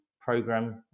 program